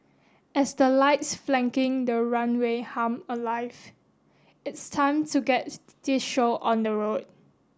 as the lights flanking the runway hum alive it's time to get this show on the road